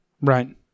Right